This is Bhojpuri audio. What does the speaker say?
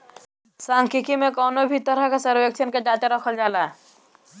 सांख्यिकी में कवनो भी तरही के सर्वेक्षण कअ डाटा रखल जाला